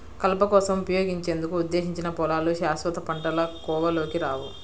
కలప కోసం ఉపయోగించేందుకు ఉద్దేశించిన పొలాలు శాశ్వత పంటల కోవలోకి రావు